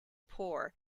poor